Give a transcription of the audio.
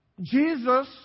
Jesus